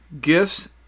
gifts